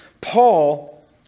Paul